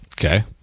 Okay